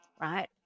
right